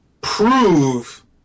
prove